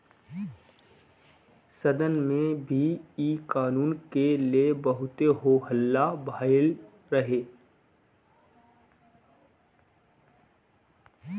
सदन में भी इ कानून के ले बहुते हो हल्ला भईल रहे